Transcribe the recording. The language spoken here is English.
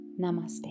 Namaste